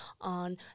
on